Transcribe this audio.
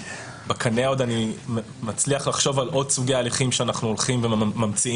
ובקנה אני מצליח לחשוב על עוד סוגי הליכים שאנחנו הולכים וממציאים,